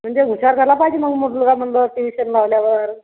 म्हणजे हुशार झाला पाहिजे मग मुलगा म्हटलं ट्युशन लावल्यावर